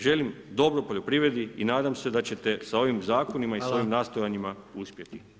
Želim dobro poljoprivredi i nadam se da ćete sa ovim zakonima i sa ovim nastojanjima uspjeti.